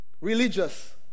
religious